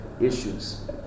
issues